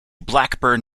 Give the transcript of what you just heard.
blackburn